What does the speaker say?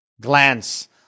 Glance